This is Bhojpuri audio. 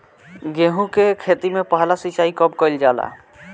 गेहू के खेती मे पहला सिंचाई कब कईल जाला?